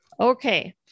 Okay